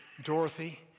Dorothy